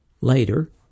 Later